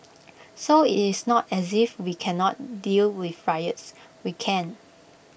so IT is not as if we cannot deal with riots we can